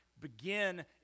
begin